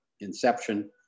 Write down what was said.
inception